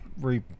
re